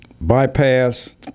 Bypass